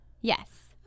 Yes